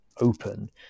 open